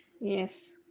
yes